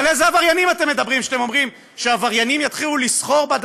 כספים שעוברים בהסכמים קואליציוניים וכל הנושאים האחרים חשובים,